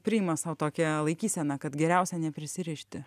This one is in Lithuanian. priima sau tokią laikyseną kad geriausia neprisirišti